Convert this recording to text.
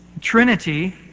Trinity